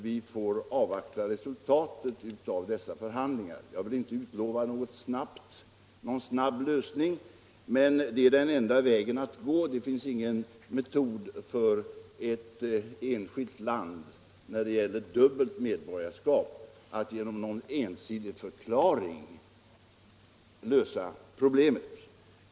Vi får nu avvakta resultatet av dessa förhandlingar, och jag kan inte utlova någon snabb lösning. Den diplomatiska vägen är den enda möjliga väg som vi kan gå i frågan. Ett enskilt land har ingen annan möjlighet att agera när det gäller frågan om dubbelt medborgarskap - man kan inte genom någon ensidig förklaring lösa problemet.